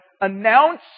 announce